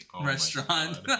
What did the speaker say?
restaurant